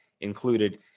included